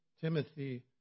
Timothy